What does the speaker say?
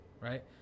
right